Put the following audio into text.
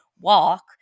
walk